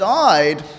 died